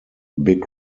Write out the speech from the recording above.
big